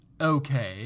okay